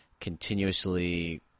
continuously